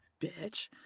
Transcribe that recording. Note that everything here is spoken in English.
bitch